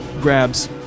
grabs